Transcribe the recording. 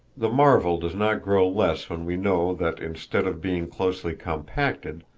the marvel does not grow less when we know that, instead of being closely compacted,